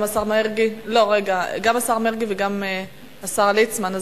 גם השר מרגי וגם השר ליצמן.